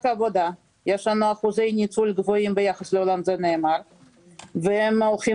יש לנו אחוזי ניצול גבוהים ביחס לעולם והם הולכים